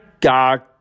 God